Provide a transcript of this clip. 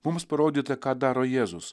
mums parodyta ką daro jėzus